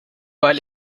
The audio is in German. weil